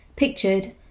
Pictured